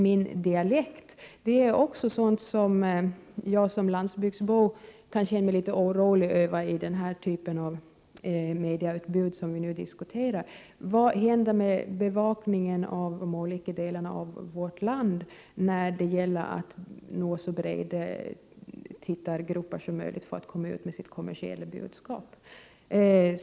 Där kommer vi in på en annan sak som jag som landsbygdsbo kan känna mig orolig över när det gäller den typ av medieutbud som vi nu diskuterar. Vad händer med bevakningen av de olika delarna av vårt land när det gäller att nå så breda tittargrupper som möjligt för att komma ut med sitt kommersiella budskap?